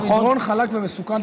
אבל זה מדרון חלק ומסוכן.